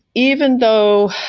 even though,